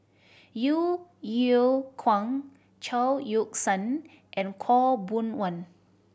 Yeo Yeow Kwang Chao Yoke San and Khaw Boon Wan